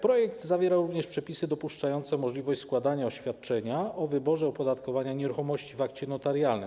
Projekt zawiera również przepisy dopuszczające możliwość składania oświadczenia o wyborze opodatkowania nieruchomości w akcie notarialnym.